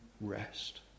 rest